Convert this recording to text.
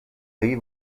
lee